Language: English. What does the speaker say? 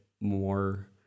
more